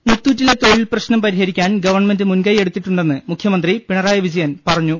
മുത്തൂറ്റിലെ തൊഴിൽ പ്രശ്നം പരിഹരിക്കാൻ ഗവൺമെന്റ് മുൻകൈ എടുത്തിട്ടുണ്ടെന്ന് മുഖ്യമന്ത്രി പിണറായി വിജയൻ പറ ഞ്ഞു